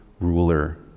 ruler